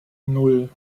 nan